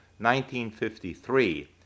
1953